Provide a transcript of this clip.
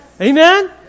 Amen